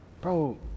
Bro